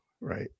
right